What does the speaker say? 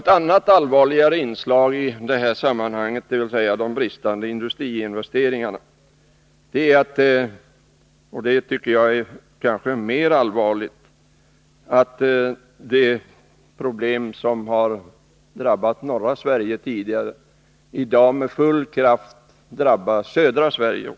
Ett annat och allvarligare inslag när det gäller de bristande industriinvesteringarna är att de problem som tidigare har drabbat norra Sverige i dag med full kraft drabbar också södra Sverige.